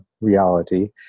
reality